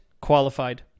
qualified